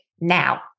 now